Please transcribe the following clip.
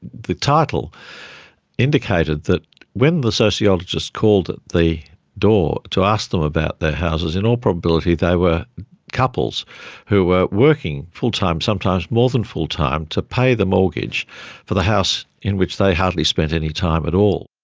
the title indicated that when the sociologists called at the door to ask them about their houses, in all probability they were couples who were working full-time, sometimes more than full-time, to pay the mortgage for the house in which they hardly spent any time at all.